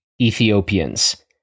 Ethiopians